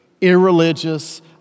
irreligious